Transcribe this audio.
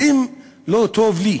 ואם לא טוב לי,